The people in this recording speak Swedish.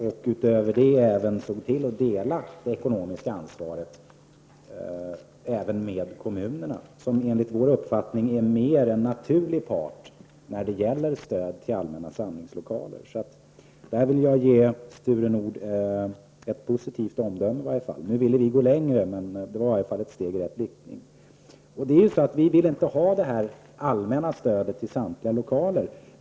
Därutöver såg man till att dela det ekonomiska ansvaret med kommunerna, som enligt vår uppfattning är en mer naturlig part när det gäller stöd till allmänna samlingslokaler. Så där vill jag ge Nils Nordh ett positivt omdöme. Vi ville gå längre, men det som skedde var i alla fall ett steg i rätt riktning. Vi vill inte ha det allmänna stödet till samtliga lokaler.